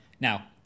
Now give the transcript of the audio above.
Now